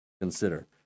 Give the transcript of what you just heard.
consider